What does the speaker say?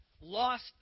lost